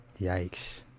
Yikes